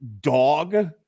dog